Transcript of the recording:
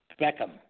Beckham